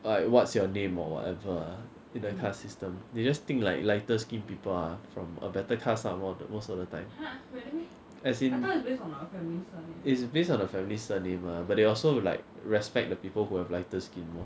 like what's your name or whatever ah in the caste system they just think like lighter skinned people are from a better caste ah more most of the time as in is based on a family surname ah but they also like respect the people who have lighter skin lor